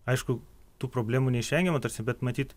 aišku tų problemų neišvengiama tarsi bet matyt